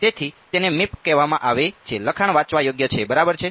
તેથી તેને મીપ કહેવામાં આવે છે લખાણ વાંચવા યોગ્ય છે બરાબર છે